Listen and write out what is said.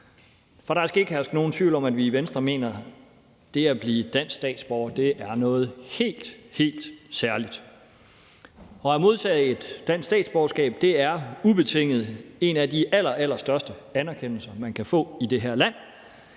For der skal ikke herske nogen tvivl om, at vi i Venstre mener, at det at blive dansk statsborger er noget helt særligt. At modtage et dansk statsborgerskab er ubetinget en af de allerallerstørste anerkendelser, man kan få i det her land.